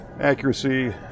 Accuracy